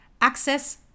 access